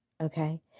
Okay